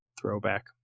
throwback